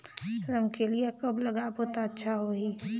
रमकेलिया कब लगाबो ता अच्छा होही?